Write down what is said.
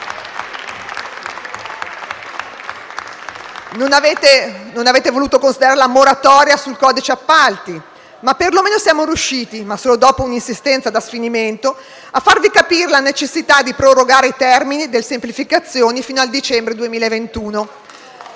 Non avete voluto considerare la moratoria sul codice degli appalti. Per lo meno siamo riusciti, ma solo dopo un'insistenza da sfinimento, a farvi capire la necessità di prorogare i termini del decreto semplificazioni fino al dicembre 2021.